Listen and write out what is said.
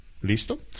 ¿Listo